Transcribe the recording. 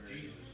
Jesus